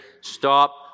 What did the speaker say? stop